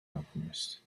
alchemist